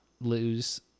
lose